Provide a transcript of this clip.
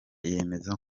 yemeza